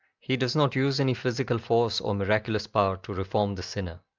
he does not use any physical force or miraculous power to reform the sinner.